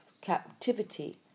captivity